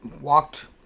walked